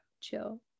Chill